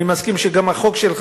אני מסכים שגם החוק שלך,